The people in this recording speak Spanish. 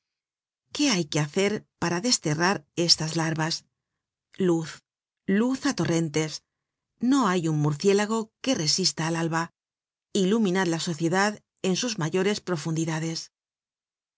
qué hay que hacer para desterrar estas larvas luz luz á torrentes no hay un murciélago que resista al alba iluminad la sociedad en sus mayores profundidades